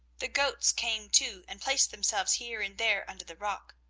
the goats came, too, and placed themselves here and there under the rock.